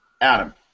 Adam